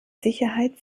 sicherheit